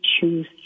choose